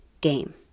game